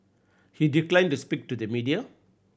he declined to speak to the media